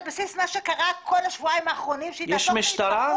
בסיס כל מה שקרה בשבועיים האחרונים ש --- יש משטרה?